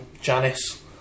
Janice